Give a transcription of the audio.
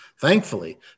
Thankfully